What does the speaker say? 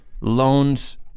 loans